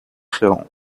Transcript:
chéran